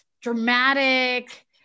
dramatic